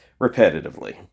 repetitively